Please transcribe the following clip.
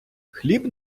хліб